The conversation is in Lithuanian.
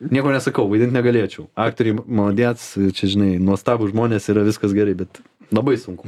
nieko nesakau vaidint negalėčiau aktoriai maladiec čia žinai nuostabūs žmonės yra viskas gerai bet labai sunku